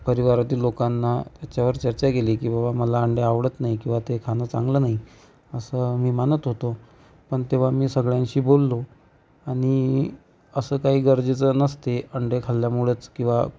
परिवारातील लोकांना याच्यावर चर्चा केली की बाबा मला अंडे आवडत नाही किंवा ते खाणं चांगलं नाही असं मी मानत होतो पण तेव्हा मी सगळ्यांशी बोललो आणि असं काही गरजेचं नसते अंडे खाल्ल्यामुळंच किंवा